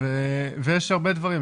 ויש הרבה דברים,